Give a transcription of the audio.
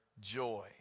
joy